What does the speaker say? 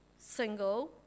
single